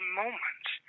moments